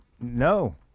No